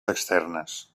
externes